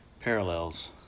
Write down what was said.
parallels